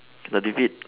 he got defeat